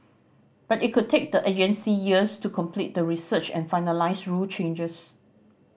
but it could take the agency years to complete the research and finalise rule changes